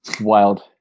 wild